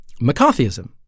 McCarthyism